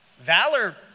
Valor